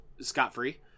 scot-free